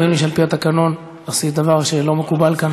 אומרים לי שעל-פי התקנון עשית דבר שאינו מקובל כאן.